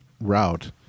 route